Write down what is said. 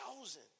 chosen